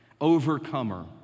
Overcomer